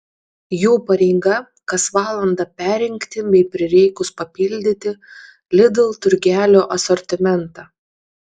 jų pareiga kas valandą perrinkti bei prireikus papildyti lidl turgelio asortimentą